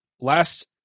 last